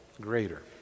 Greater